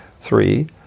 Three